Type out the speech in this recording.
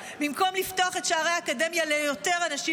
אבל הם עושים בדיוק את ההפך: במקום לפתוח את שערי האקדמיה ליותר אנשים,